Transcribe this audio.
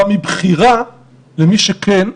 גם מבחירה למי שכן,